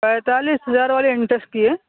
پینتالیس ہزار والے انٹیکس کی ہے